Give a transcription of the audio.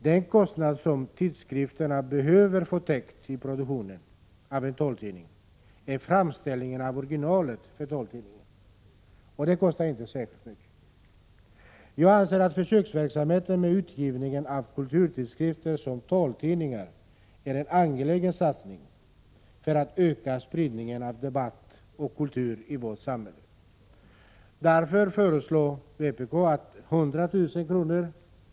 Den kostnad som tidskrifterna behöver få täckt i produktionen av en taltidning är framställningen av originalet för taltidningen, och den kostar inte särskilt mycket. Jag anser att en försöksverksamhet med utgivning av kulturtidskrifter som taltidningar är en angelägen satsning för att öka spridningen av debatt och kultur i vårt samhälle. Därför föreslår vpk att 100 000 kr.